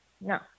no